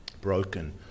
broken